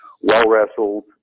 well-wrestled